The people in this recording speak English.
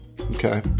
Okay